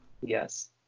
Yes